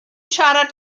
siarad